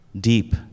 deep